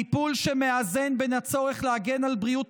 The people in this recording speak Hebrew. טיפול שמאזן בין הצורך להגן על בריאות